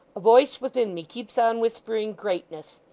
a voice within me keeps on whispering greatness.